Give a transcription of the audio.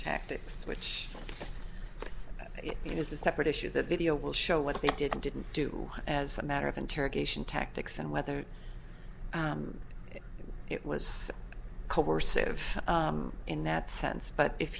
tactics which is a separate issue the video will show what they did or didn't do as a matter of interrogation tactics and whether it was coercive in that sense but if